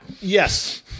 Yes